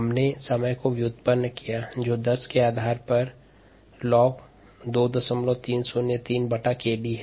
हमने समय का व्युत्पन्न किया था जो 10 के आधार पर लाग 2303 बटा 𝑘𝑑 है